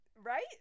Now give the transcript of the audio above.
right